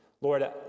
Lord